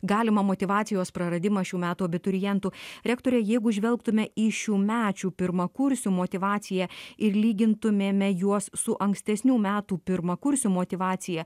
galimą motyvacijos praradimą šių metų abiturientų rektore jeigu žvelgtume į šiųmečių pirmakursių motyvaciją ir lygintumėme juos su ankstesnių metų pirmakursių motyvacija